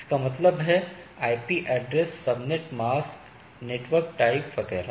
इसका मतलब है IP address subnet mask network type वगैरह